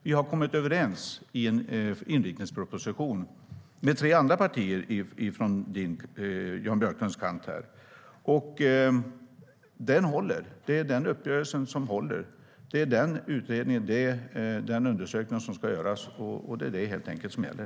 Vi har kommit överens i en inriktningsproposition med tre andra partier från Jan Björklunds kant, och den uppgörelsen håller. Det är detta som ska göras, och det är detta som gäller.